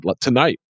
tonight